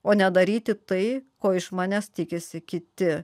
o nedaryti tai ko iš manęs tikisi kiti